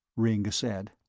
ringg said.